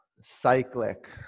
cyclic